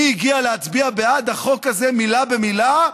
מי הגיע להצביע בעד החוק הזה, מילה במילה?